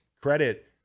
credit